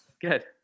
Good